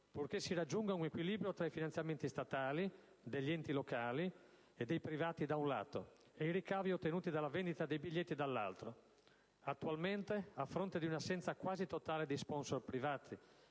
purché si raggiunga un equilibrio tra i finanziamenti statali, degli enti locali e dei privati da un lato e i ricavi ottenuti dalla vendita dei biglietti dall'altro. Attualmente, a fronte di un'assenza quasi totale di *sponsor* privati